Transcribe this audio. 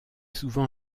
souvent